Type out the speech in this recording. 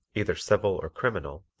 either civil or criminal,